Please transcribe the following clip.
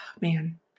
man